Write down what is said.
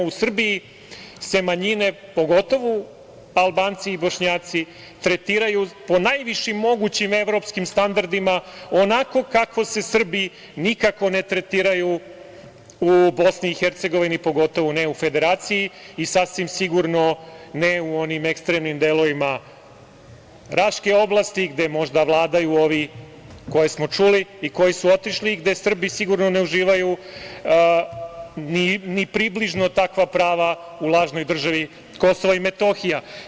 U Srbiji se manjine, pogotovo Albanci i Bošnjaci, tretiraju po najvišim mogućim evropskim standardima, onako kako se Srbi nikako ne tretiraju u Bosni i Hercegovini, pogotovo ne u Federaciji, i sasvim sigurno ne u onim ekstremnim delovima Raške oblasti gde možda vladaju ovi koje smo čuli i koji su otišli, a gde Srbi sigurno ne uživaju ni približno takva prava u lažnoj državi Kosova i Metohije.